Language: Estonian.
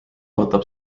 võtab